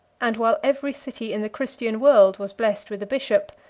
and while every city in the christian world was blessed with a bishop,